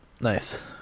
Nice